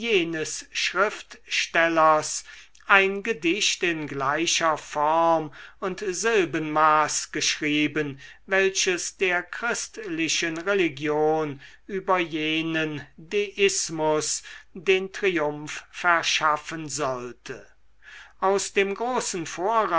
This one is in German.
ein gedicht in gleicher form und silbenmaß geschrieben welches der christlichen religion über jenen deismus den triumph verschaffen sollte aus dem großen